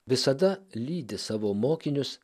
visada lydi savo mokinius